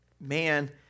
man